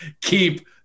keep